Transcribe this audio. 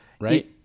right